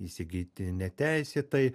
įsigyti neteisėtai